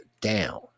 down